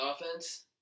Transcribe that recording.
offense